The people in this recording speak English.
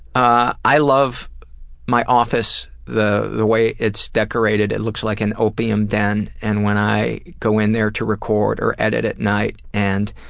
ah i love my office, the the way it's decorated it looks like an opium den, and when i go in there to record or edit at night and